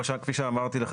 כפי שאמרתי,